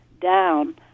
down